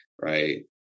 right